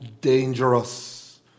dangerous